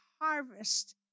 harvest